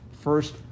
first